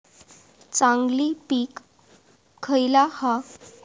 चांगली पीक खयला हा?